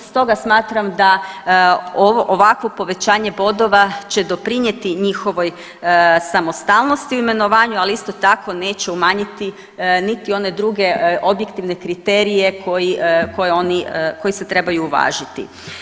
Stoga smatram da ovo, ovakvo povećanje bodova će doprinijeti njihovoj samostalnosti u imenovanju, ali isto tako neće umanjiti niti one druge objektivne kriterije koji, koje oni, koji se trebaju uvažiti.